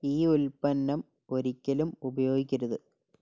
ഈ ഉൽപ്പന്നം ഒരിക്കലും ഉപയോഗിക്കരുത്